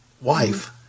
wife